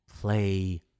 play